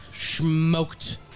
Smoked